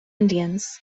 indians